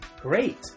great